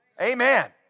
Amen